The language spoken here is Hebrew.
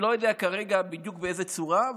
כרגע אני לא יודע בדיוק באיזה צורה,